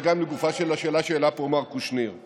וגם לגופה של השאלה שהעלה פה מר קושניר,